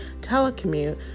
telecommute